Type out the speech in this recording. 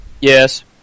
Yes